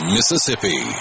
Mississippi